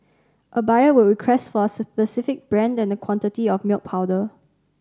a buyer would request for a specific brand and quantity of milk powder